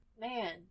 Man